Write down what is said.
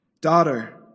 Daughter